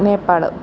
Nepal